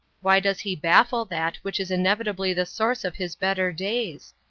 why does he baffle that which is inevitably the source of his better days?